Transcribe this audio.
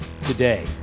today